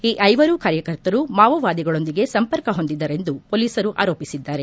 ಈ ಐವರೂ ಕಾರ್ಯಕರ್ತರು ಮಾವೋವಾದಿಗಳೊಂದಿಗೆ ಸಂಪರ್ಕ ಹೊಂದಿದ್ದರೆಂದು ಪೊಲೀಸರು ಆರೋಪಿಸಿದ್ದಾರೆ